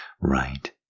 right